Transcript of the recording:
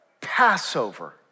Passover